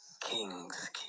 Kings